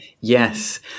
Yes